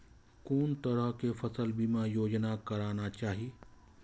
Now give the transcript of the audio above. कोन तरह के फसल बीमा योजना कराना चाही?